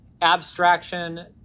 abstraction